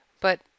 But—